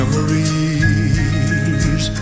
Memories